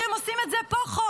כי הם עושים את זה פה חוק,